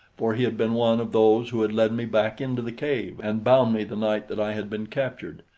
for he had been one of those who had led me back into the cave and bound me the night that i had been captured.